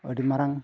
ᱟᱹᱰᱤ ᱢᱟᱨᱟᱝ